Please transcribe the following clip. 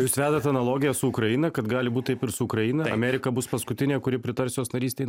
jūs vedat analogiją su ukraina kad gali būti taip ir su ukraina amerika bus paskutinė kuri pritars jos narystei